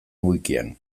wikian